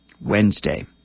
Wednesday